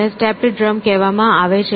તેને stepped drum કહેવામાં આવે છે